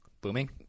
Booming